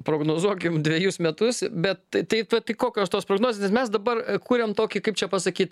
prognozuokim dvejus metus bet tai vat kokios tos prognozės mes dabar kuriam tokį kaip čia pasakyt